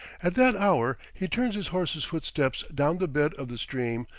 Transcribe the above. at that hour he turns his horse's footsteps down the bed of the stream,